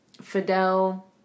Fidel